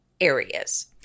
areas